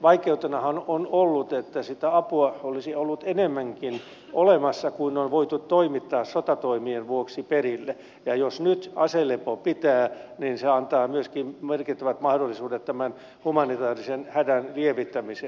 vaikeutenahan on ollut että sitä apua olisi ollut enemmänkin olemassa kuin on voitu toimittaa sotatoimien vuoksi perille ja jos nyt aselepo pitää niin se antaa myöskin merkittävät mahdollisuudet tämän humanitaarisen hädän lievittämiseen